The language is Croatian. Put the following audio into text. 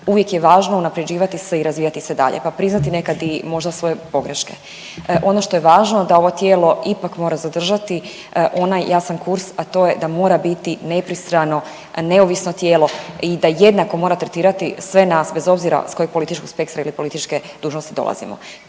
Uvijek je važno unaprjeđivati se i razvijati se dalje pa priznati nekad i možda svoje pogreške. Ono što je važno da ovo tijelo ipak mora zadržati onaj jasan kurs, a to je da mora biti nepristrano, neovisno tijelo i da jednako mora tretirati sve nas bez obzir s kojeg političkog spektra ili političke dužnosti dolazimo.